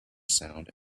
sound